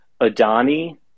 Adani